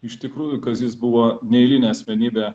iš tikrųjų kazys buvo neeilinė asmenybė